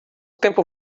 tempo